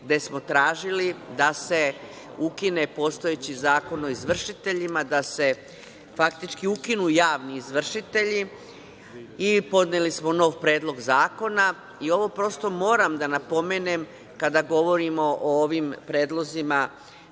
gde smo tražili da se ukine postojeći zakon o izvršiteljima, da se faktički ukinu javni izvršitelji? Podneli smo nov predlog zakona i ovo prosto moram da napomenem, kada govorimo o ovim predlozima